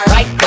Right